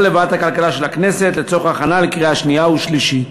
לוועדת הכלכלה של הכנסת לצורך הכנה לקריאה שנייה ושלישית.